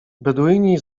beduini